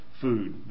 food